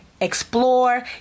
explore